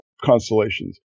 constellations